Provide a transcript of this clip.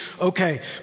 Okay